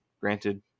granted